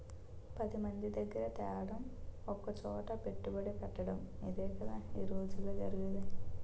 పదిమంది దగ్గిర తేడం ఒకసోట పెట్టుబడెట్టటడం ఇదేగదా ఈ రోజుల్లో జరిగేది